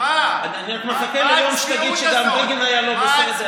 אני רק מחכה ליום שתגיד לי שגם בגין היה לא בסדר.